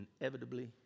inevitably